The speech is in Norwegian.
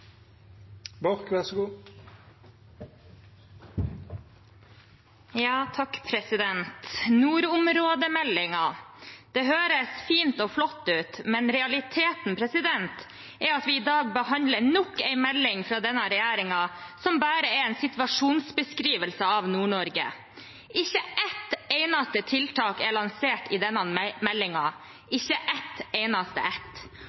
at vi i dag behandler nok en melding fra denne regjeringen som bare er situasjonsbeskrivelser av Nord-Norge. Ikke et eneste tiltak er lansert i denne meldingen. Ikke et eneste ett!